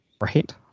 right